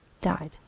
died